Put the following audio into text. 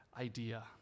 idea